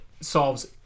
solves